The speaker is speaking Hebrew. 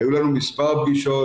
היו לנו מספר פגישות